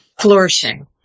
flourishing